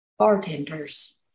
Bartenders